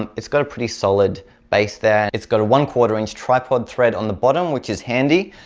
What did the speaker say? and it's got a pretty solid base there. it's got a one four inch tripod thread on the bottom which is handy.